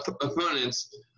opponents